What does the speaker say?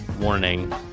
warning